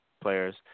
players